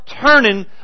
turning